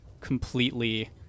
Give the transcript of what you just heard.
completely